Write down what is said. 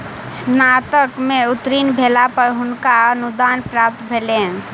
स्नातक में उत्तीर्ण भेला पर हुनका अनुदान प्राप्त भेलैन